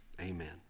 Amen